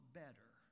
better